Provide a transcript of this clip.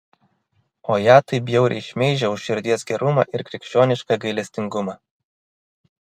o ją taip bjauriai šmeižia už širdies gerumą ir krikščionišką gailestingumą